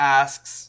asks